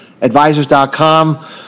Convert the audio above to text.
advisors.com